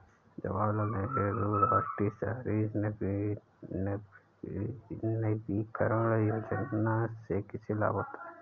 जवाहर लाल नेहरू राष्ट्रीय शहरी नवीकरण योजना से किसे लाभ होता है?